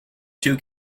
two